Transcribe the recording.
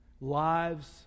Lives